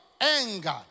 anger